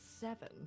seven